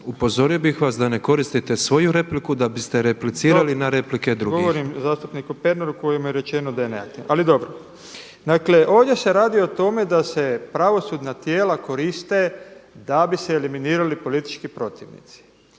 upozorio bih vas da ne koristite svoju repliku da biste replicirali na replike drugih./… Dobro, govorim zastupniku Pernaru kojemu je rečeno da je neaktivan. Ali dobro. Dakle ovdje se radi o tome da se pravosudna tijela koriste da bi se eliminirali politički protivnici.